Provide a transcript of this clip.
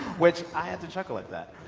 which i had to chuckle at that.